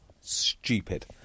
stupid